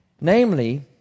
Namely